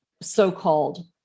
so-called